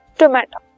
tomato